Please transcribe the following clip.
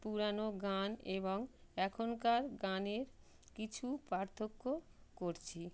পুরানো গান এবং এখনকার গানের কিছু পার্থক্য করছি